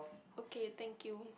okay thank you